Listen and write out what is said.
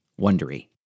Wondery